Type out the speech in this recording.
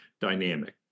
dynamic